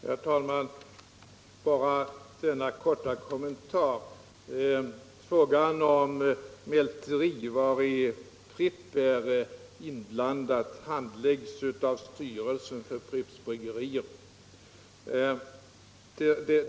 Herr talman! Bara en kort kommentar! Frågan om ett mälteri, vari Pripps har del, handläggs av styrelsen för Pripps Bryggerier.